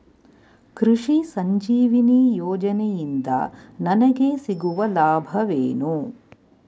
ಕೃಷಿ ಸಂಜೀವಿನಿ ಯೋಜನೆಯಿಂದ ನನಗೆ ಸಿಗುವ ಲಾಭವೇನು?